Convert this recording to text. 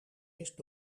mist